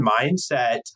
mindset